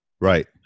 Right